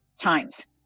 times